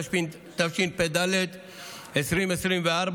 התשפ"ד 2024,